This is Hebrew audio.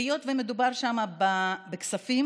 היות שמדובר שם בכספים,